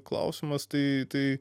klausimas tai